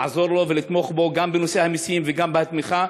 לעזור לו ולתמוך בו גם בנושא המסים וגם בתמיכה,